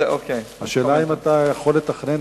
השאלה היא: האם אתה יכול לתכנן,